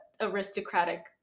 aristocratic